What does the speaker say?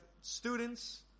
students